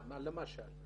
מה למשל?